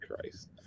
Christ